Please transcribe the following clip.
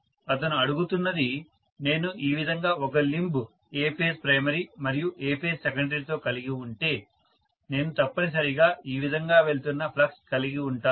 అతను అడుగుతున్నది నేను ఈ విధంగా ఒక లింబ్ A ఫేజ్ ప్రైమరీ మరియు A ఫేజ్ సెకండరీ తో కలిగి ఉంటే నేను తప్పనిసరిగా ఈ విధంగా వెళ్తున్న ఫ్లక్స్ కలిగి ఉంటాను